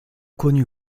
connu